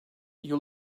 you